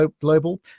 Global